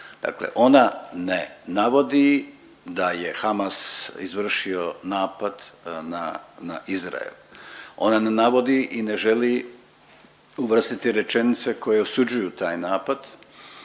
Dakle, ona ne navodi da je Hamas izvršio napad na Izrael, ona ne navodi i ne želi uvrstiti rečenice koje osuđuju taj napad